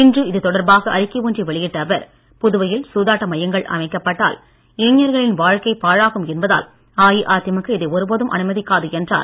இன்று இதுதொடர்பாக அறிக்கை ஒன்றை வெளியிட்ட அவர் புதுவையில் சூதாட்ட மையங்கள் அமைக்கப்பட்டால் இளைஞர்களின் வாழ்க்கை பாழாகும் என்பதால் அஇஅதிமுக இதை ஒருபோதும் அனுமதிக்காது என்றார்